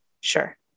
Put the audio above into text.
Sure